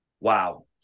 wow